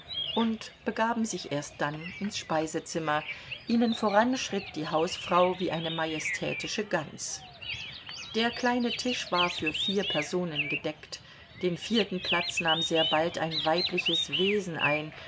und begaben sich erst dann ins speisezimmer ihnen voran schritt die hausfrau wie eine majestätische gans der kleine tisch war für vier personen gedeckt den vierten platz nahm sehr bald ein weibliches wesen ein